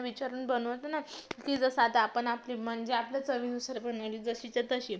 विचारून बनवतो ना की जसं आता आपण आपली म्हणजे आपल्या चवीनुसार बनवली जशीच्या तशी